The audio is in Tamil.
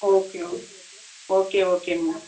okay oh okay okay ma'am